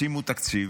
ישימו תקציב,